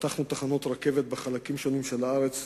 פתחנו תחנות רכבת בחלקים שונים של הארץ,